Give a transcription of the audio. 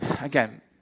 Again